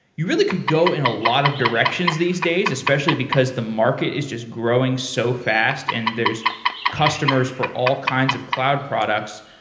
you really could go in a lot of directions these days especially because the market is just growing so fast and there's customers for all kinds of cloud products.